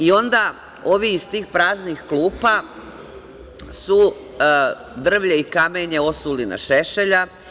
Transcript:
Onda su ovi iz tih praznih klupa drvlje i kamenje osuli na Šešelja.